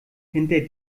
hinter